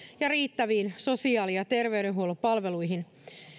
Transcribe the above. ja riittäviin sosiaali ja terveydenhuollon palveluihin